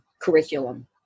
curriculum